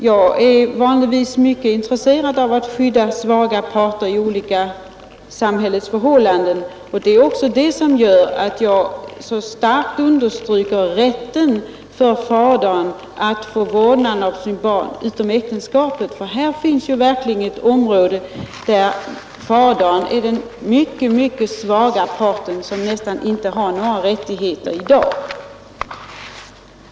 Jag är vidare vanligtvis mycket intresserad av att skydda svaga parter i olika samhälleliga sammanhang. Det är också det som gör att jag så starkt understryker rätten för fadern att få vårdnad om sitt barn utom äktenskapet. Det är verkligen ett område där fadern är den mycket svaga parten, som i dag nästan inte har några rättigheter alls.